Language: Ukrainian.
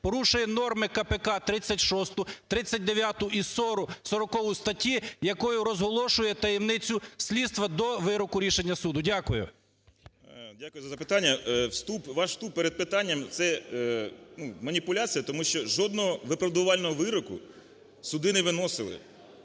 порушує норми КПК, 36, 39 і 40 статті, якими розголошує таємницю слідства, до вироку рішення суду. Дякую. 13:36:48 СИТНИК А.С. Дякую за запитання. Ваш вступ перед питанням – це маніпуляція. Тому що жодного виправдувального вироку суди не виносили.